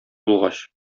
булгач